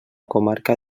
comarca